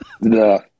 No